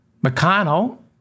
McConnell